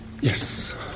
Yes